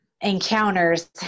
encounters